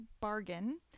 bargain